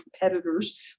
competitors